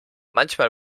manchmal